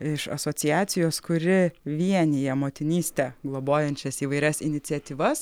iš asociacijos kuri vienija motinystę globojančias įvairias iniciatyvas